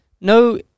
No